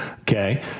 Okay